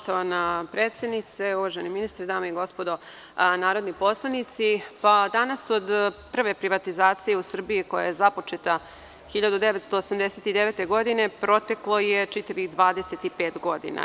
Poštovana predsednice, uvaženi ministre, dame i gospodo narodni poslanici, danas od prve privatizacije u Srbiji, koja je započeta 1989. godine, proteklo je čitavih 25 godina.